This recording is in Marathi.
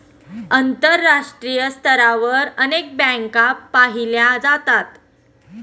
आंतरराष्ट्रीय स्तरावर अनेक बँका पाहिल्या जातात